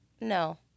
no